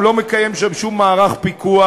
הוא לא מקיים שם שום מערך פיקוח.